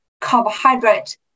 carbohydrate